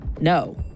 No